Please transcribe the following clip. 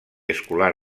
escolar